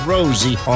Rosie